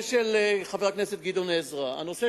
חבר הכנסת גדעון עזרא, לנושא